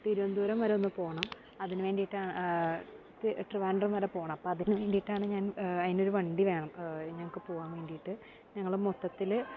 തിരുവനന്തപുരം വരെ ഒന്ന് പോവണം അതിന് വേണ്ടിയിട്ടാണ് ട്രിവാൻഡ്രം വരെ പോവണം അപ്പം അതിന് വേണ്ടിയിട്ടാണ് ഞാൻ അതിനൊരു വണ്ടി വേണം ഞങ്ങൾക്ക് പോവാൻ വേണ്ടിയിട്ട് ഞങ്ങൾ മൊത്തത്തിൽ